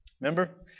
Remember